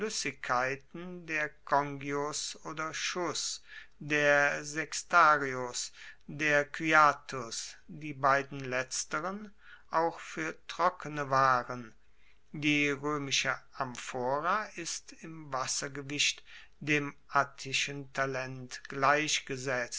der congius oder chus der sextarius der cyathus die beiden letzteren auch fuer trockene waren die roemische amphora ist im wassergewicht dem attischen talent gleichgesetzt